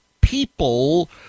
people